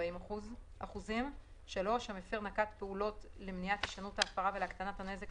40%; המפר נקט פעולות למניעת הישנות ההפרה ולהקטנת הנזק,